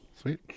Sweet